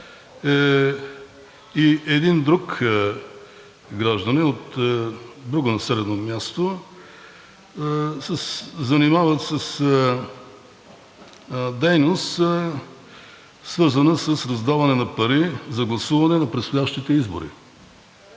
и един друг гражданин от друго населено място, се занимават с дейност, свързана с раздаване на пари за гласуване на предстоящите избори.